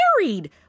married